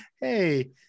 hey